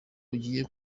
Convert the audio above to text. ugiye